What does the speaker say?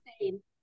insane